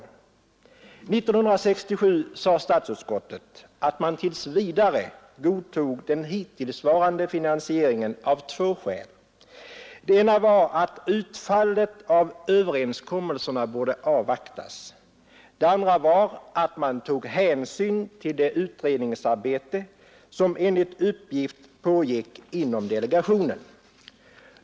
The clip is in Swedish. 1967 sade statsutskottet att man tills vidare godtog den dittillsvarande finansieringen av två skäl. Det ena var att utfallet av överenskommelserna borde avvaktas. Det andra var att man tog hänsyn till det utredningsarbete som enligt uppgift pågick inom delegationen.